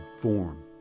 form